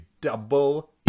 double